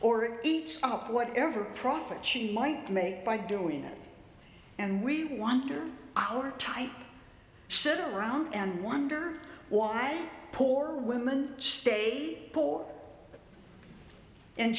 or it eats up whatever profits she might make by doing it and we want our time i sit around and wonder why poor women stayed poor and